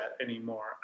anymore